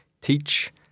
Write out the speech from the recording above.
teach